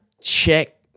Check